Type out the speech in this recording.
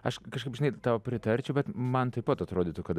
aš kažkaip žinai tau pritarčiau bet man taip pat atrodytų kad